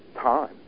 time